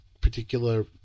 particular